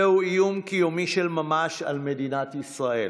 זהו איום קיומי של ממש על מדינת ישראל.